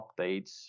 updates